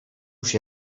się